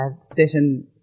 certain